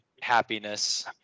happiness